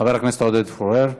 חבר הכנסת עודד פורר,